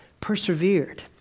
persevered